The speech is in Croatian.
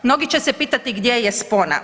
Mnogi će se pitati gdje je spona.